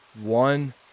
one